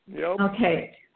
Okay